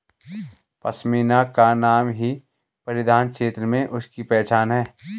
पशमीना का नाम ही परिधान क्षेत्र में उसकी पहचान है